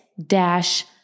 Dash